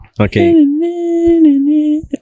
Okay